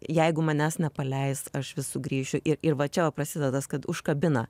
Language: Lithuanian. jeigu manęs nepaleis aš vis sugrįšiu ir ir va čia va prasideda kad užkabina